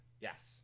Yes